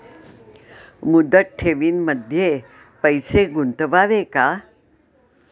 मुदत ठेवींमध्ये पैसे गुंतवावे का?